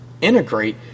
integrate